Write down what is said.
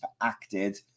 acted